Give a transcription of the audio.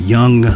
Young